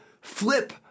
flip